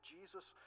Jesus